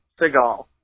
Seagal